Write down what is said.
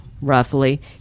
roughly